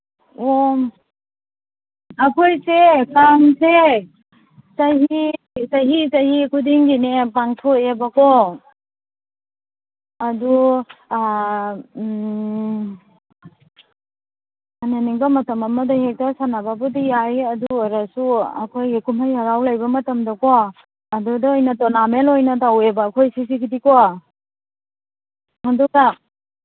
ꯑꯣ ꯑꯩꯈꯣꯏꯁꯦ ꯀꯥꯡꯁꯦ ꯆꯍꯤ ꯈꯨꯗꯤꯡꯒꯤꯅꯦ ꯄꯥꯡꯊꯣꯛꯑꯦꯕꯀꯣ ꯑꯗꯨ ꯁꯥꯟꯅꯅꯤꯡꯕ ꯃꯇꯝ ꯑꯃꯗ ꯍꯦꯛꯇ ꯁꯥꯟꯅꯕꯕꯨꯗꯤ ꯌꯥꯏ ꯑꯗꯨ ꯑꯣꯏꯔꯁꯨ ꯑꯩꯈꯣꯏꯒꯤ ꯀꯨꯝꯍꯩ ꯍꯔꯥꯎ ꯂꯩꯕ ꯃꯇꯝꯗꯀꯣ ꯑꯗꯨꯗ ꯑꯣꯏꯅ ꯇꯣꯔꯅꯥꯃꯦꯟ ꯑꯣꯏꯅ ꯇꯧꯋꯦꯕ ꯑꯩꯈꯣꯏ ꯁꯤꯁꯤꯒꯤꯗꯤꯀꯣ ꯑꯗꯨꯒ